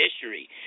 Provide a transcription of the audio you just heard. history